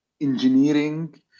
engineering